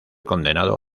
condenado